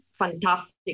fantastic